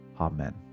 Amen